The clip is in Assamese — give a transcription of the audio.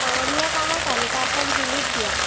কৰণীয় কামৰ তালিকাখন ডিলিট দিয়া